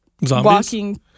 walking